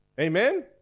Amen